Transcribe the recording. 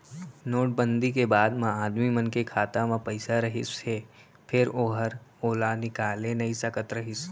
note बंदी के बाद म आदमी मन के खाता म पइसा रहिस हे फेर ओहर ओला निकाले नइ सकत रहिस